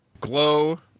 Glow